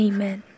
Amen